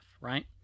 right